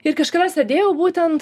ir kažkada sėdėjau būtent